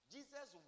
Jesus